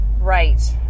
right